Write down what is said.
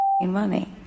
money